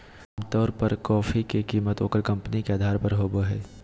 आमतौर पर कॉफी के कीमत ओकर कंपनी के अधार पर होबय हइ